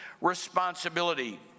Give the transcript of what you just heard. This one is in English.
responsibility